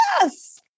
yes